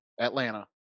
Atlanta